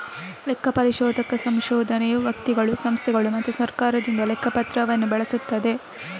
ಲೆಕ್ಕ ಪರಿಶೋಧಕ ಸಂಶೋಧನೆಯು ವ್ಯಕ್ತಿಗಳು, ಸಂಸ್ಥೆಗಳು ಮತ್ತು ಸರ್ಕಾರದಿಂದ ಲೆಕ್ಕ ಪತ್ರವನ್ನು ಬಳಸುತ್ತದೆ